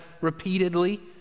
repeatedly